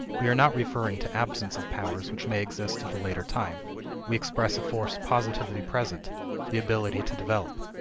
we are not referring to absence of powers which may exist at a later time we express a force positively present the ability to develop.